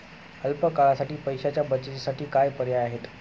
अल्प काळासाठी पैशाच्या बचतीसाठी काय पर्याय आहेत?